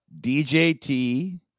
DJT